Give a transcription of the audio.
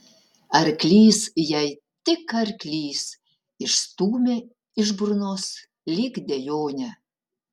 arklys jai tik arklys išstūmė iš burnos lyg dejonę